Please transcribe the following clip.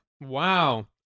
Wow